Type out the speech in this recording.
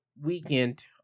weekend